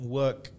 work